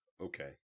okay